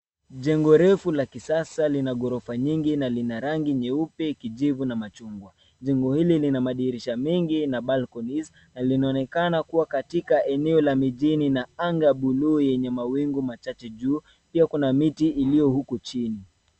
Jengo refu la kisasa lina ghorofa nyingi na lina rangi nyeupe, kijivu na machungwa. Jengo hili lina madirisha mengi na balconies na linaonekana kuwa katika eneo la mijini na anga buluu yenye mawingu machache juu. Pia kuna miti iliyo huku chini.